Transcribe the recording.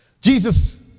Jesus